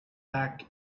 back